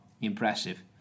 impressive